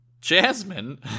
Jasmine